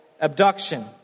Abduction